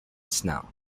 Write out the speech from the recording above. snell